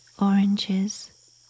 oranges